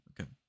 Okay